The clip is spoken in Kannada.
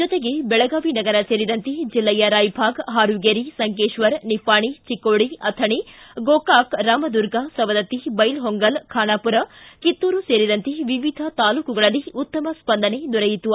ಜೊತೆಗೆ ಬೆಳಗಾವಿ ನಗರ ಸೇರಿದಂತೆ ಜಿಲ್ಲೆಯ ರಾಯಭಾಗ ಹಾರೂಗೇರಿ ಸಂಕೇಶ್ವರ ನಿಪ್ಪಾಣಿ ಚಿಕ್ಕೋಡಿ ಅಥಣಿ ಗೋಕಾಕ ರಾಮದುರ್ಗ ಸವದತ್ತಿ ಬ್ಬೆಲಹೊಂಗಲ ಖಾನಾಪೂರ ಕಿತ್ತೂರು ಸೇರಿದಂತೆ ವಿವಿಧ ತಾಲೂಕುಗಳಲ್ಲಿ ಉತ್ತಮ ಸ್ಪಂದನೆ ದೊರೆಯಿತು